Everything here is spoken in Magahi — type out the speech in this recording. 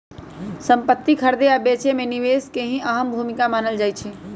संपति खरीदे आ बेचे मे निवेश के भी अहम भूमिका मानल जाई छई